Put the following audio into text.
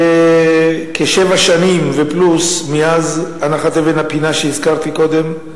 וכשבע שנים פלוס מאז הנחת אבן הפינה שהזכרתי קודם.